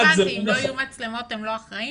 הוא אומר שאם לא יהיו מצלמות, הם לא יהיו אחראים?